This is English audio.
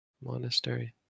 monastery